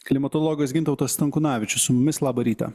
klimatologas gintautas stankūnavičius su mumis labą rytą